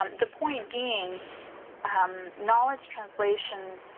um the point being knowledge translation